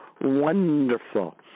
wonderful